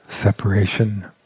Separation